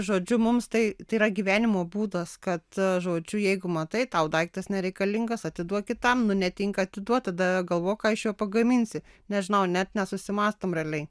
žodžiu mums tai yra gyvenimo būdas kad žodžiu jeigu matai tau daiktas nereikalingas atiduok kitam nu netinka atiduot tada galvok ką iš jo pagaminsi nežinau net nesusimąstom realiai